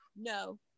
No